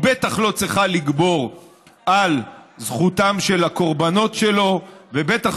היא בטח לא צריכה לגבור על זכותם של הקורבנות שלנו ובטח